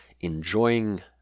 enjoying